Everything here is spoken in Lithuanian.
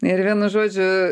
ir vienu žodžiu